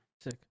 sick